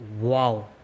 wow